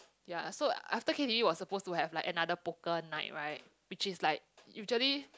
ya so after K_T_V was supposed to have like another poker night right which is like usually